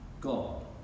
God